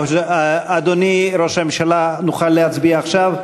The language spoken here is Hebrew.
אדוני ראש הממשלה, נוכל להצביע עכשיו?